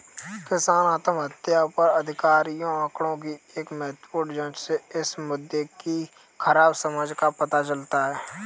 किसान आत्महत्याओं पर आधिकारिक आंकड़ों की एक महत्वपूर्ण जांच से इस मुद्दे की खराब समझ का पता चलता है